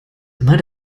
immer